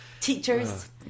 teachers